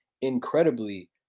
incredibly